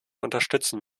unterstützen